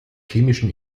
chemischen